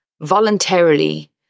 voluntarily